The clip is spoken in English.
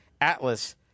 Atlas